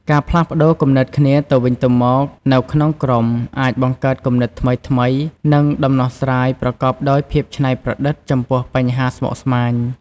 ការផ្លាស់ប្តូរគំនិតគ្នាទៅវិញទៅមកនៅក្នុងក្រុម អាចបង្កើតគំនិតថ្មីៗ និងដំណោះស្រាយប្រកបដោយភាពច្នៃប្រឌិតចំពោះបញ្ហាស្មុគស្មាញ។